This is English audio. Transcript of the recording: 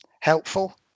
helpful